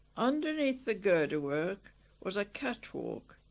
underneath the girder-work was a catwalk.